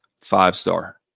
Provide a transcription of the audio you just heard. five-star